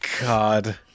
God